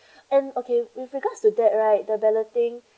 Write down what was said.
and okay with regards to that right the balloting